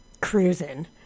cruising